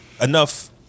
enough